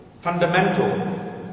fundamental